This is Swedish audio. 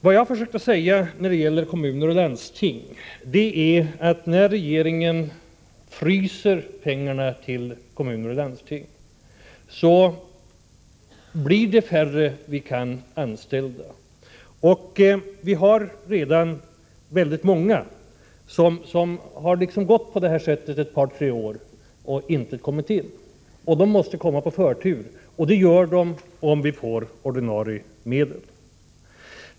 Vad jag har försökt säga när det gäller kommuner och landsting är att när regeringen fryser pengarna till kommuner och landsting är det färre som kan anställas av kommuner och landsting. Vi har redan många som gått på det här sättet ett par tre år och inte kommit in. De måste få förtur, och det får de om vi får ordinarie medel.